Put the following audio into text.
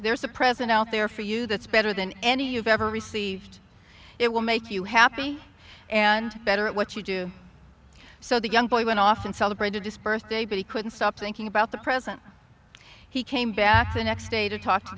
there's a present out there for you that's better than any you've ever received it will make you happy and better at what you do so the young boy went off and celebrated dispersed day but he couldn't stop thinking about the present he came back the next day to talk to